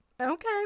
okay